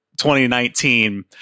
2019